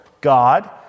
God